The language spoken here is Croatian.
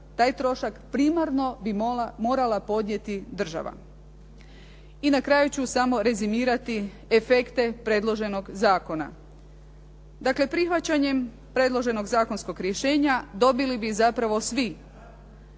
taj trošak primarno bi morala podnijeti država. I na kraju ću samo rezimirati efekte predloženog zakona. Dakle, prihvaćanjem predloženog zakonskog rješenja dobili bi zapravo svi